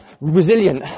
resilient